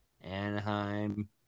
Anaheim